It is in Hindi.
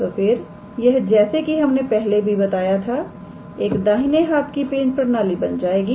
तो फिर यह जैसे कि हमने पहले भी बताया था एक दाहिनी हाथ की पेच प्रणाली बन जाएगी